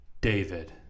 David